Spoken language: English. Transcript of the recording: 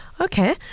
Okay